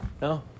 No